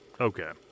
Okay